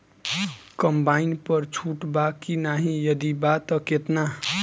Combine पर छूट बा की नाहीं यदि बा त केतना?